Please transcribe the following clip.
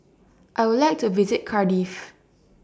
I Would like to visit Cardiff